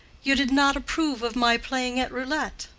you did not approve of my playing at roulette.